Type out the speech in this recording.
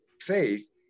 faith